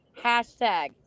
hashtag